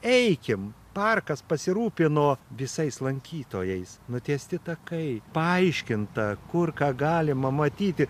eikim parkas pasirūpino visais lankytojais nutiesti takai paaiškinta kur ką galima matyti